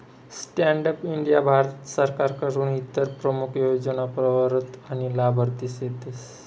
stand up India Bharat सरकारनं इतर प्रमूख योजना प्रवरतक आनी लाभार्थी सेतस